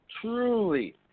truly